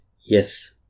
Yes